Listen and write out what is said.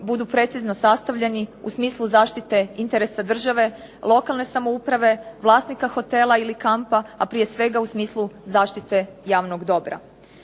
budu precizno sastavljeni u smislu zaštite interesa države, lokalne samouprave, vlasnika hotela ili kampa, a prije svega u smislu zaštite javnog dobra.